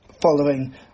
following